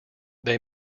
they